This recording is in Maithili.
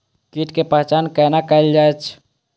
कीटक पहचान कैना कायल जैछ?